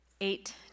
eight